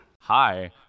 hi